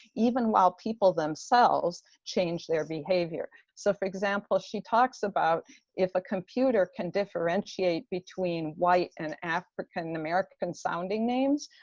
even while people themselves change their behavior. so for example, she talks about if a computer can differentiate between white and african-american sounding names.